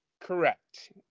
Correct